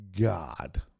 God